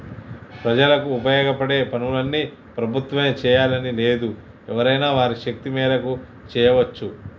ప్రజలకు ఉపయోగపడే పనులన్నీ ప్రభుత్వమే చేయాలని లేదు ఎవరైనా వారి శక్తి మేరకు చేయవచ్చు